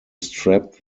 strap